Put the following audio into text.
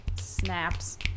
Snaps